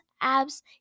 abs